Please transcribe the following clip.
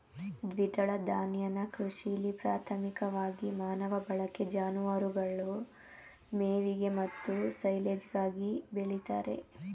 ದ್ವಿದಳ ಧಾನ್ಯನ ಕೃಷಿಲಿ ಪ್ರಾಥಮಿಕವಾಗಿ ಮಾನವ ಬಳಕೆ ಜಾನುವಾರುಗಳ ಮೇವಿಗೆ ಮತ್ತು ಸೈಲೆಜ್ಗಾಗಿ ಬೆಳಿತಾರೆ